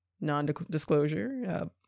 non-disclosure